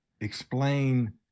explain